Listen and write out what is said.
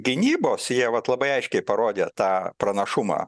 gynybos jie vat labai aiškiai parodė tą pranašumą